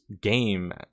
game